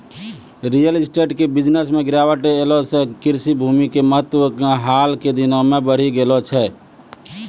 real estate के business मॅ गिरावट ऐला सॅ कृषि भूमि के महत्व हाल के दिनों मॅ बढ़ी गेलो छै